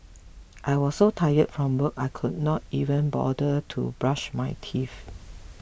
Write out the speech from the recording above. I was so tired from work I could not even bother to brush my teeth